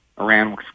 Iran